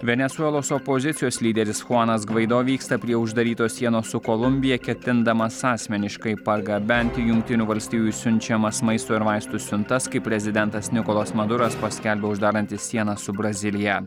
venesuelos opozicijos lyderis chuanas gvaido vyksta prie uždarytos sienos su kolumbija ketindamas asmeniškai pargabenti jungtinių valstijų siunčiamas maisto ir vaistų siuntas kai prezidentas nikolas maduras paskelbė uždarantis sieną su brazilija